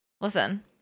Listen